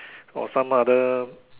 or some other